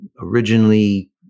originally